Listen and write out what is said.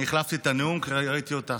החלפתי את הנאום כי ראיתי אותך.